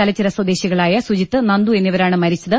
തലച്ചിറിസ്വദേശികളായ സുജിത്ത് നന്ദു എന്നിവരാണ് മരിച്ചത്